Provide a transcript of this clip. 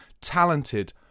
talented